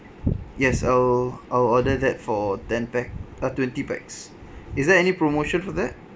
yes I'll I'll order that for ten pack uh twenty packs is there any promotion for that